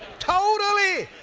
totally,